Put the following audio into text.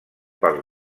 pels